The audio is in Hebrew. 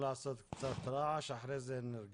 מה שאתם תיארתם עכשיו זה שאתם מסננים